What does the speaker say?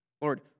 Lord